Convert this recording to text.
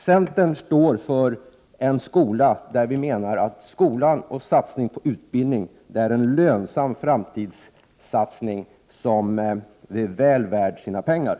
Centern menar att en satsning på skolan och på utbildningen är en lönsam framtidssatsning, väl värd pengarna.